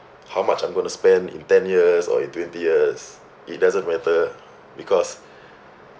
how much I'm going to spend in ten years or in twenty years it doesn't matter because